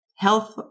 health